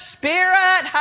spirit